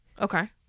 Okay